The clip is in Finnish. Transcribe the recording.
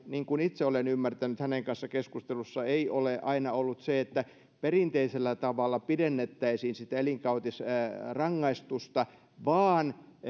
niin kuin itse olen ymmärtänyt hänen kanssaan keskustelussa ei ole aina ollut se että perinteisellä tavalla pidennettäisiin sitä elinkautisrangaistusta vaan